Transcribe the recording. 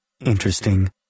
Interesting